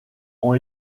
ont